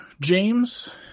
James